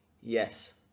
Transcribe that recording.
Yes